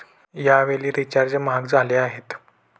यावेळी रिचार्ज महाग झाले आहेत